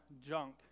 junk